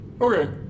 Okay